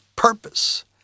Purpose